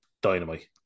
Dynamite